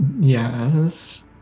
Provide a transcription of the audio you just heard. Yes